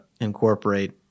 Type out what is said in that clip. incorporate